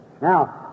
Now